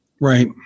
Right